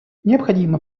необходимо